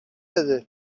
بده